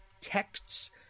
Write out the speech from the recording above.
texts